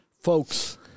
Folks